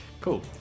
Cool